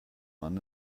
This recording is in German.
man